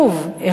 שוב,